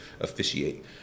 officiate